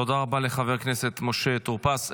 תודה רבה לחבר הכנסת משה טור פז.